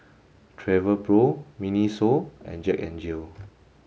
Travelpro Miniso and Jack N Jill